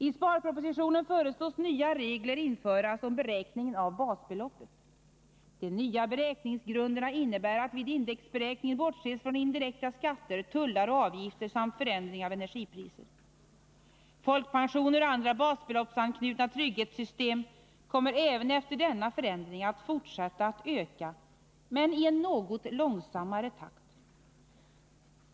I sparpropositionen föreslås nya regler införas om beräkningen av basbeloppet. De nya beräkningsgrunderna innebär att vid indexberäkningen bortses från indirekta skatter, tullar och avgifter samt förändring av energipriser. Folkpensioner och andra basbeloppsanknutna trygghetssystem kommer även efter denna förändring att fortsätta att öka, men i en något långsammare takt.